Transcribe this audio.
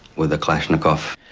with a kalashnikov.